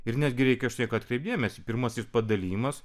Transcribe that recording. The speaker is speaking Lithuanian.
ir netgi reikia štai atkreipti dėmesį pirmasis padalijimas